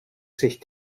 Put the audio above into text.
sich